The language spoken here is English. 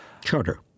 Charter